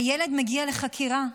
הילד מגיע לחקירה,